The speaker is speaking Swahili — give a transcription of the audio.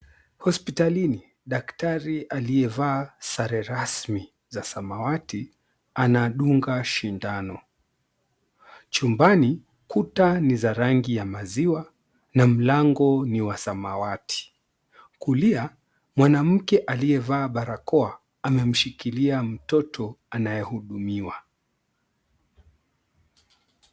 Hospitalini, daktari aliyevaa sare rasmi za samawati anadunga sindano, chumbani kuta ni za rangi ya maziwa na mlango niwa samawati. Kulia, mwanamke aliyevaa barakoa amemshikilia mtoto anayehudumiwa.